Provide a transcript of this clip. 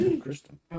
Kristen